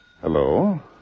Hello